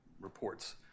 reports